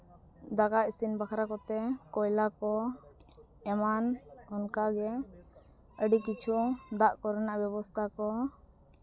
ᱫᱟᱠᱟ ᱤᱥᱤᱱ ᱵᱟᱠᱷᱨᱟ ᱠᱚᱛᱮ ᱠᱚᱭᱞᱟ ᱠᱚ ᱮᱢᱟᱱ ᱚᱱᱠᱟᱜᱮ ᱟᱹᱰᱤ ᱠᱤᱪᱷᱩ ᱫᱟᱜ ᱠᱚᱨᱮᱱᱟᱜ ᱵᱮᱵᱚᱥᱛᱷᱟ ᱠᱚ